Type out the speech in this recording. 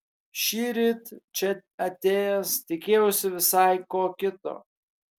šįryt čia atėjęs tikėjausi visai ko kito